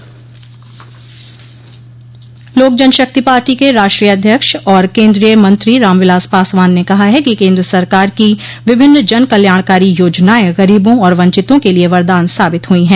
लोक जनशक्ति पार्टी के राष्ट्रीय अध्यक्ष और केन्द्रीय मंत्री राम विलास पासवान ने कहा है कि केन्द्र सरकार की विभिन्न जन कल्याणकारी योजनाएं गरीबों और वंचितों के लिये वरदान साबित हुई है